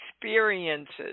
experiences